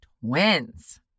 Twins